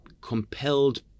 compelled